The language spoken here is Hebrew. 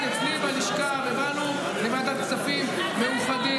פה אחד אצלי בלשכה, ובאנו לוועדת כספים מאוחדים.